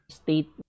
state